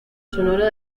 sonora